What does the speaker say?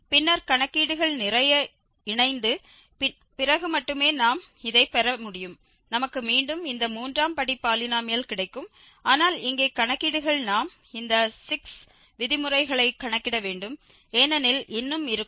பின்னர் கணக்கீடுகள் நிறைய இணைந்து பிறகு மட்டுமே நாம் இதை பெற முடியும் நமக்கு மீண்டும் இந்த மூன்றாம் படி பாலினோமியல் கிடைக்கும் ஆனால் இங்கே கணக்கீடுகள் நாம் இந்த 6 விதிமுறைகளை கணக்கிட வேண்டும் ஏனெனில் இன்னும் இருக்கும்